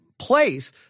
place